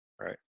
right